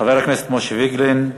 חבר הכנסת משה פייגלין,